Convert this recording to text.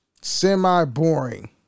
semi-boring